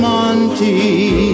Monte